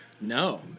No